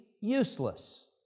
useless